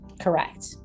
Correct